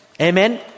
Amen